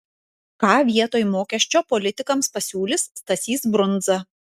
ką vietoj mokesčio politikams pasiūlys stasys brundza